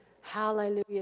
Hallelujah